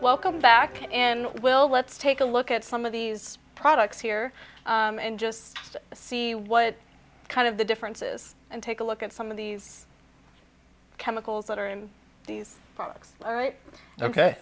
welcome back and we'll let's take a look at some of these products here just to see what kind of the differences and take a look at some of the chemicals that are in these products all right ok